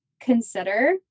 consider